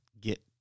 get